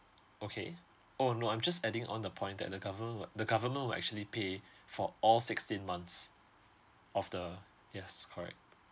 okay oh no I'm just adding on the point that the government would the government will actually pay for all sixteen months of the yes correct